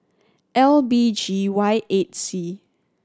L B G Y eight C